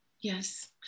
Yes